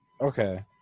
Okay